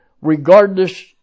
regardless